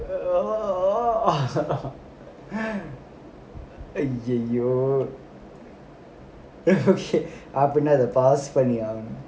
ah ah !aiyiyo! அப்டினா அத:apdinaa adha pass பண்ணியா:panniyaa